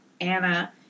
Anna